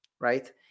right